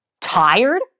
tired